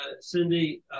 Cindy